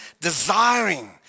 desiring